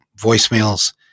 voicemails